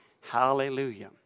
Hallelujah